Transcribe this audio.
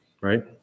right